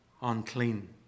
unclean